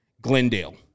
Glendale